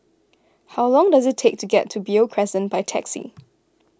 how long does it take to get to Beo Crescent by taxi